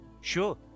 -"Sure